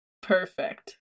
perfect